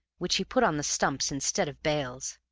which he put on the stumps instead of bails.